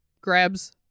grabs